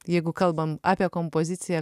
jeigu kalbam apie kompoziciją